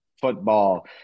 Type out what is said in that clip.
football